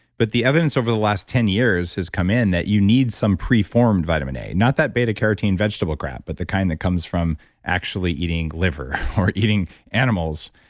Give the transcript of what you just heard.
but the evidence over the last ten years has come in that you need some preformed vitamin a. not that beta-carotene vegetable crap, but the kind that comes from actually eating liver or eating animals.